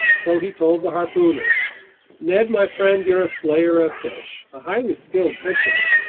so he told the harpooner ned my friend, you're a slayer of fish, a highly skilled fisherman.